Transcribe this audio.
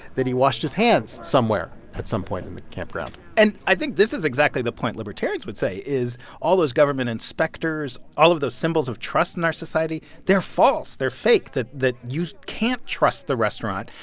that he washed his hands somewhere at some point in the campground and i think this is exactly the point libertarians would say is all those government inspectors, all of those symbols of trust in our society they're false. they're fake that that you can't trust the restaurant.